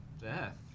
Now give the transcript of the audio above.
Death